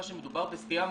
זה ירד.